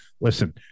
Listen